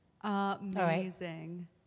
Amazing